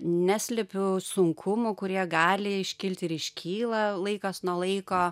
neslepiu sunkumų kurie gali iškilti ir iškyla laikas nuo laiko